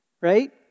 Right